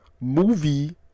movie